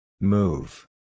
Move